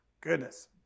goodness